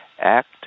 act